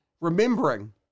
Remembering